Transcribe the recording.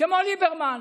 כמו ליברמן,